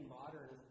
modern